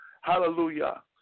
Hallelujah